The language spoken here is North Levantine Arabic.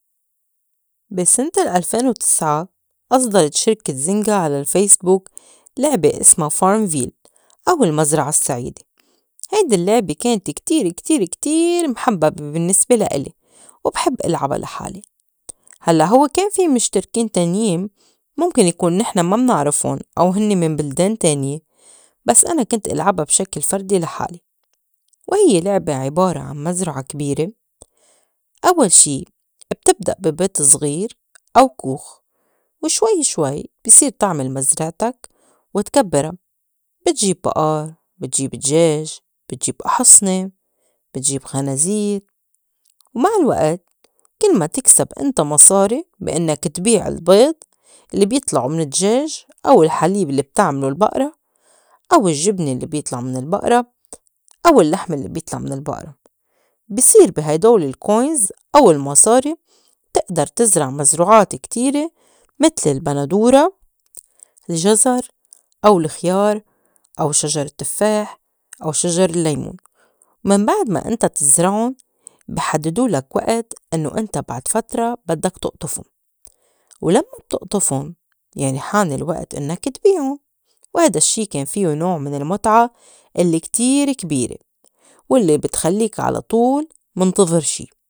بي سنة الألفين وتسعة أصدرت شركة zynga على الفايسبوك لعبة إسما farm ville أو المزرعة السّعيدة هيدي اللّعبة كانت كتير كتير كتير محبّبة بالنّسبة لإلي وبحب إلعبا لحالي، هلّأ هوّ كان في مِشتركين تانين مُمكن نكون نحن ما منعرفُن أو هنّي من بلدان تانية بس أنا كنت إلعبا بشكل فردي لحالي وهيّ لعبة عِبارة عن مزرعة كبيرة أول شي بتبدء بي بيت زغير أو كوخ وشوي شوي بي صير تعمل مَزْرَعتك وتكبّرا بتجيب بَقر، بتجيب دجاج، بتجيب أحِصْنة، بتجيب خنازير، ومع الوقت كل ما تكسب إنت مصاري بي إنّك تبيع البيض لي بيطلَعو من الدجاج، أو الحليب اللّي بتعملو البقرة، أو الجبنة اللّي بيطلع من البقرة، أو اللّحمة اللّي بيطلع من البقرة. بيصير بي هيدول ال coins أو المصاري تِقدر تزرع مزروعات كتيرة متل البندورة، الجزر، أو الخيار، أو شجر التفّاح، أو شجر اللّيمون، ومن بعد ما إنت تزرعُن بي حددوا لك وقت إنّو إنت بعد فترى بدّك تُقطُفُن ولمّا بتُقطفن يعني حان الوقت إنّك تبيعُن وهيدا الشّي كان فيو نوع من المُتعة الّي كتير كبيرة والّي بتخلّيك على طول مِنتظر شي.